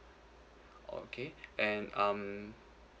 okay and um